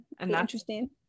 Interesting